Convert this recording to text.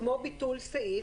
כמו ביטול סעיף,